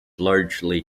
largely